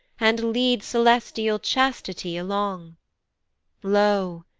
and lead celestial chastity along lo!